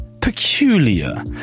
peculiar